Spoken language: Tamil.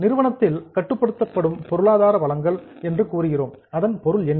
நிறுவனத்தால் கட்டுப்படுத்தப்படும் பொருளாதார வளங்கள் என்று கூறுகிறோம் அதன் பொருள் என்ன